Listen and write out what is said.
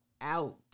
out